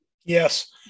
Yes